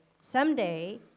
someday—